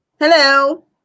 Hello